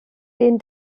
den